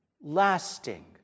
lasting